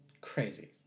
crazy